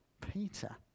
Peter